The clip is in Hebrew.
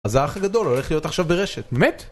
אז האח הגדול הולך להיות עכשיו ברשת, באמת?